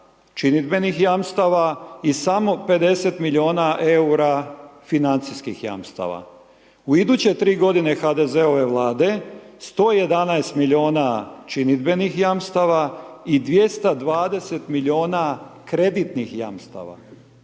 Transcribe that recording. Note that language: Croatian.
činidbenih jamstava i samo 50 milijuna EUR-a financijskih jamstava. U iduće 3 godine HDZ-ove Vlade 111 milijuna činidbenih jamstava i 220 milijuna kreditnih jamstava.